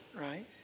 right